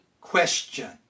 question